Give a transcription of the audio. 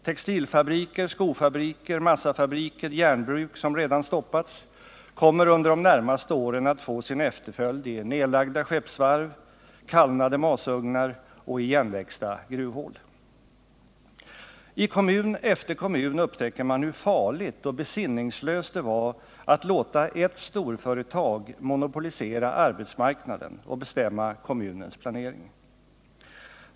Textilfabriker, skofabriker, massafabriker och järnbruk som redan stoppats kommer under de närmaste åren att få sin efterföljd i nedlagda skeppsvarv, kallnade masugnar och igenväxta gruvhål. I kommun efter kommun upptäcker man hur farligt och besinningslöst det var att låta ett storföretag monopolisera arbetsmarknaden och bestämma kommunens planering.